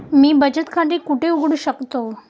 मी बचत खाते कुठे उघडू शकतो?